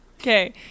Okay